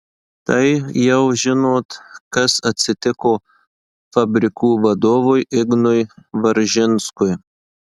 tai jau žinot kas atsitiko fabrikų vadovui ignui varžinskui